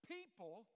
People